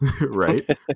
right